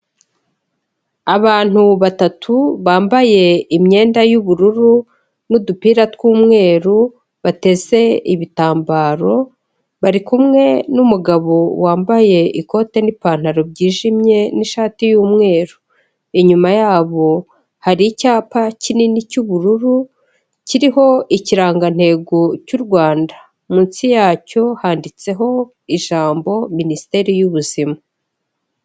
Abantu batatu bambaye imyenda y'ubururu n'udupira tw'umweru, bateze ibitambaro, bari kumwe n'umugabo wambaye ikote n'ipantaro byijimye n'ishati y'umweru. Inyuma yabo hari icyapa kinini cy'ubururu kiriho ikirangantego cy'u Rwanda. Munsi yacyo handitseho ijambo minisiteri y'ubuzima.